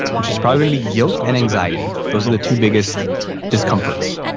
which is probably gonna be guilt and anxiety. those are the two biggest discomforts.